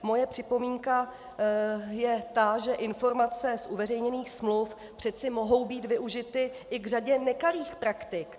Moje připomínka je, že informace z uveřejněných smluv přece mohou být využity i k řadě nekalých praktik.